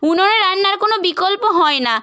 উনোনে রান্নার কোনো বিকল্প হয় না